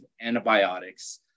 antibiotics